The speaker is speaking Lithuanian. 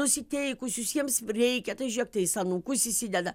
nusiteikusius jiems reikia tai žiūrėk tai jis anūkus įsideda